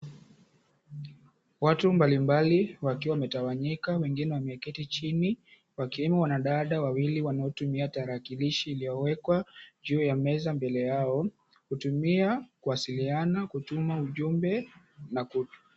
Watu mbali mbali wakiwa wametawanyika, wengine wameketi chini, wakiwemo wanadada wawili wakiwa wanatumia tarakilishi ambayo imewekwa juu ya meza mbele yao, kutumia kuwasiliana kutuma ujumbe.